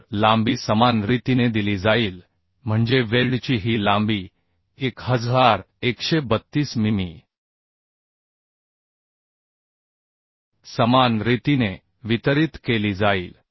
तर लांबी समान रीतीने दिली जाईल म्हणजे वेल्डची ही लांबी 1132 मिमी समान रीतीने वितरित केली जाईल